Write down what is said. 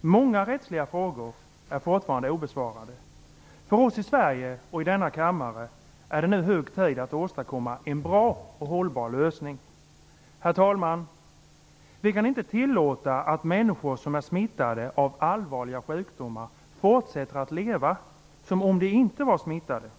Många rättsliga frågor är fortfarande obesvarade. För oss i Sverige och i denna kammare är det nu hög tid att åstadkomma en bra och hållbar lösning. Herr talman! Vi kan inte tillåta att människor som är smittade av allvarliga sjukdomar fortsätter att leva som om de inte var smittade.